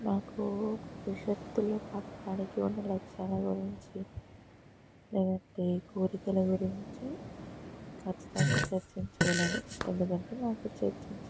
మాకు భవిష్యత్తులో పాడడానికి ఉన్న లక్ష్యాల గురించి లేదంటే కోరికల గురించి ఖచ్చితంగా చర్చించగలను ఎందుకంటే నాకు చర్చించే